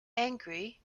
angry